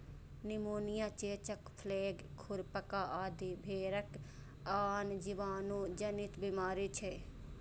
pneumonia, चेचक, plague, खुरपका आदि भेड़क आन जीवाणु जनित बीमारी छियै